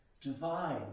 divine